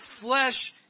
flesh